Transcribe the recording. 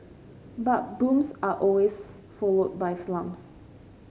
but booms are always followed by slumps